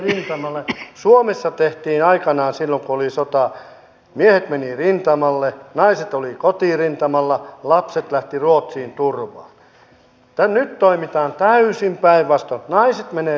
ja tässä arvoisa puhemies haluan korostaa sitä että tehostaminen ei kuitenkaan saa tapahtua pelkästään talouden arvojen pohjalta vaan mukaan tulee ottaa myös inhimillinen näkökulma